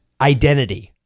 Identity